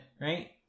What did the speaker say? right